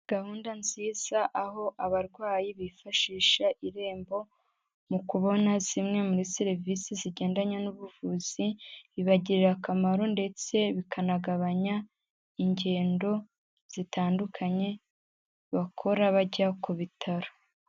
Gahunda nziza aho abarwayi bifashisha irembo mu kubona zimwe muri serivise zigendanye n'ubuvuzi, bibagirira akamaro ndetse bikanagabanya ingendo zitandukanye bakora bajya ku bitaro.